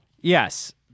yes